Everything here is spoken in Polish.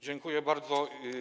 Dziękuję bardzo.